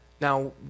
Now